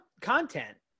content